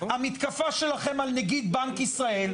המתקפה שלכם על נגיד בנק ישראל,